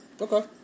Okay